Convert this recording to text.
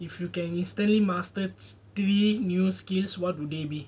if you can instantly master three new skills what would they be